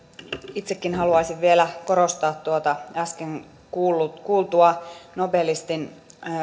itsekin haluaisin vielä korostaa tuota äsken kuultua nobelisti